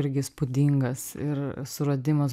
irgi įspūdingas ir suradimas